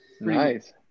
Nice